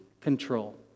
control